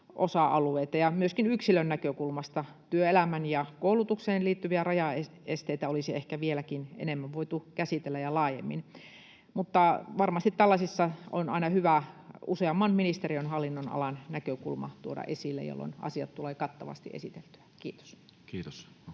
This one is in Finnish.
osa-alueita. Myöskin yksilön näkökulmasta työelämään ja koulutukseen liittyviä rajaesteitä olisi ehkä vieläkin enemmän ja laajemmin voitu käsitellä. Varmasti tällaisissa on aina hyvä useamman ministeriön hallinnonalan näkökulmat tuoda esille, jolloin asiat tulee kattavasti esiteltyä. — Kiitos.